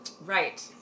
right